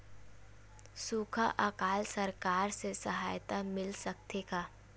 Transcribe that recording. सुखा अकाल सरकार से सहायता मिल सकथे का?